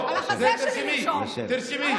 תשבי.